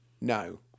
No